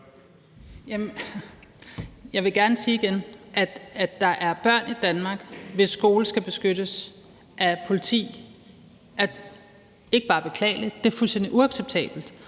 Jeg vil gerne sige igen, at det, at der er børn i Danmark, hvis skole skal beskyttes af politiet, ikke bare er beklageligt; det er fuldstændig uacceptabelt.